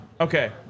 okay